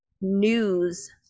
news